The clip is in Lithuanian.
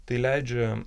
tai leidžia